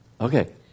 Okay